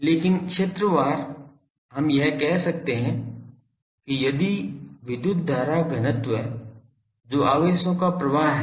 लेकिन क्षेत्रवार हम यह कह सकते हैं कि यदि विद्युत धारा घनत्व जो आवेशों का प्रवाह है